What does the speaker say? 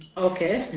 ok.